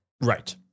Right